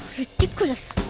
ridiculous.